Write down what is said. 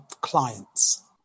clients